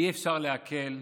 אי-אפשר לעכל,